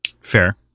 fair